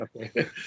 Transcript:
okay